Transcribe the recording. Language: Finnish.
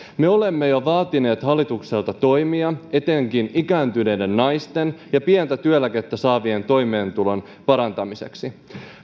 me olemme jo vaatineet hallitukselta toimia etenkin ikääntyneiden naisten ja pientä työeläkettä saavien toimeentulon parantamiseksi